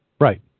Right